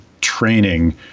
Training